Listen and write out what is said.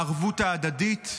בערבות ההדדית.